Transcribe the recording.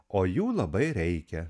o jų labai reikia